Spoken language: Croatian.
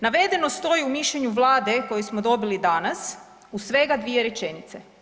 Navedeno stoji u mišljenju Vlade koje smo dobili danas u svega 2 rečenice.